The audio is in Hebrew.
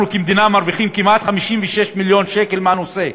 אנחנו כמדינה מרוויחים כמעט 56 מיליון שקל מהנושא,